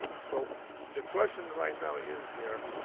so the question right now is here,